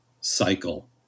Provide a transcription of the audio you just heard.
cycle